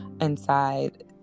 inside